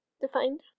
defined